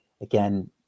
Again